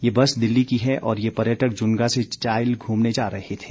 ये बस दिल्ली की है और ये पर्यटक जुन्गा से चायल घूमने जा रहे थे